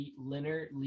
Leonard